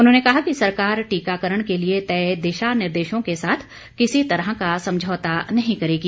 उन्होंने कहा कि सरकार टीकाकरण के लिए तय दिशा निर्देशों के साथ किसी तरह का समझौता नहीं करेगी